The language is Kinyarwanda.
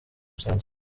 rusange